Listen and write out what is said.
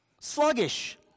sluggish